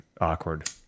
awkward